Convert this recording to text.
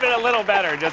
a little better, just